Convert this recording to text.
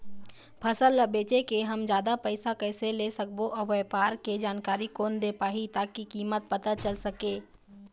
फसल ला बेचे के हम जादा फायदा कैसे ले सकबो अउ व्यापार के जानकारी कोन दे पाही ताकि कीमत पता चल सके?